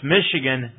Michigan